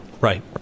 Right